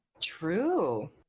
True